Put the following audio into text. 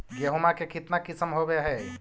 गेहूमा के कितना किसम होबै है?